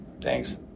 Thanks